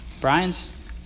Brian's